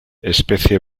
especie